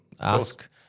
ask